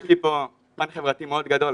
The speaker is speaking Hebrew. יש פה פן חברתי מאוד גדול,